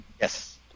Yes